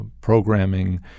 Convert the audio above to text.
programming